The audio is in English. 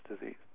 disease